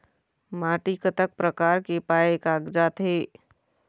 माटी कतक प्रकार के पाये कागजात हे?